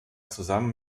zusammen